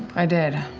i did.